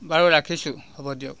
বাৰু ৰাখিছোঁ হ'ব দিয়ক